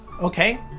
Okay